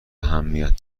اهمیت